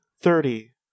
thirty